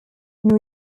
new